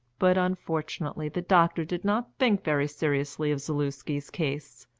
but unfortunately the doctor did not think very seriously of zaluski's case.